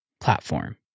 platform